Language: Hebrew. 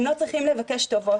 הם לא צריכים לבקש טובות.